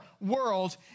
world